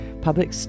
public